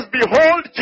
behold